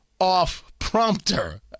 off-prompter